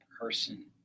person